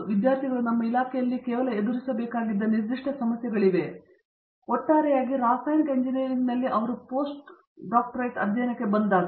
ವಿದ್ಯಾರ್ಥಿಗಳು ನಮ್ಮ ಇಲಾಖೆಯಲ್ಲಿ ಕೇವಲ ಎದುರಿಸಬೇಕಾಗಿದ್ದ ನಿರ್ದಿಷ್ಟ ಸಮಸ್ಯೆಗಳಿವೆಯೇ ಆದರೆ ಒಟ್ಟಾರೆಯಾಗಿ ರಾಸಾಯನಿಕ ಇಂಜಿನಿಯರಿಂಗ್ನಲ್ಲಿ ಅವರು ಪೋಸ್ಟ್ ಪದವೀಧರ ಅಧ್ಯಯನಕ್ಕೆ ಬಂದಾಗ